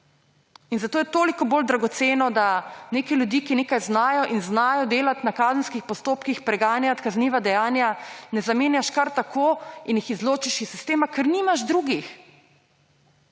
In zato je toliko bolj dragoceno, da neke ljudi, ki nekaj znajo in znajo delati na kazenskih postopkih, preganjati kazniva dejanja, ne zamenjaš kar tako in jih izločiš iz sistema, ker nimaš drugih.